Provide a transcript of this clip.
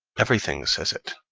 everything says it,